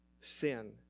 sin